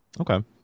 Okay